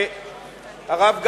הרב גפני,